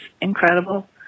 incredible